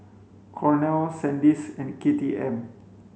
Cornell Sandisk and K T M